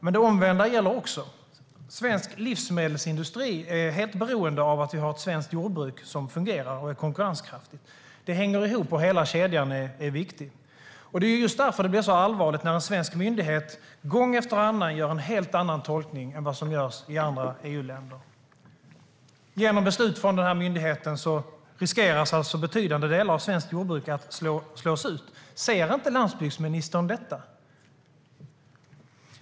Men det omvända gäller också, alltså att svensk livsmedelsindustri är helt beroende av att vi har ett svenskt jordbruk som fungerar och är konkurrenskraftigt. Det hänger ihop, och hela kedjan är viktig. Det är just därför som det blir så allvarligt när en svensk myndighet gång efter annan gör en helt annan tolkning än vad som görs i andra EU-länder. Genom beslut från denna myndighet riskerar alltså betydande delar av svenskt jordbruk att slås ut. Ser inte landsbygdsministern detta?